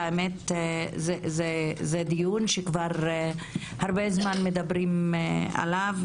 האמת היא שזה דיון שכבר הרבה זמן מדברים עליו.